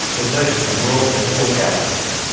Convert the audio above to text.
but most of them were also small capitalists.